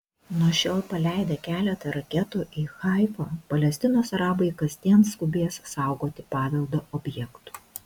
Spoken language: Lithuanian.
nuo šiol paleidę keletą raketų į haifą palestinos arabai kasdien skubės saugoti paveldo objektų